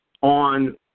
on